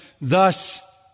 thus